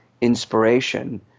inspiration